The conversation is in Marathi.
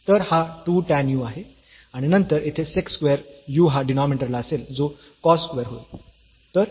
तर हा 2 tan u आहे आणि नंतर येथे sec स्क्वेअर u हा डिनॉमिनेटर ला असेल जो cos स्क्वेअर होईल